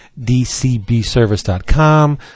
DCBservice.com